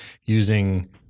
using